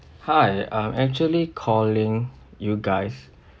hi I'm actually calling you guys